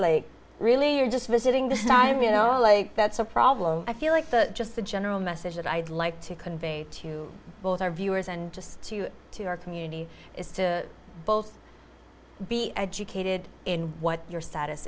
visa really you're just visiting this time you know like that's a problem i feel like the just the general message that i'd like to convey to both our viewers and just to you to your community is to both be educated in what your status